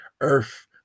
earth